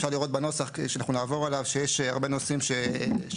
אפשר לראות בנוסח שאנחנו נעבור עליו שיש הרבה נושאים שהשתנו,